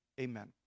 amen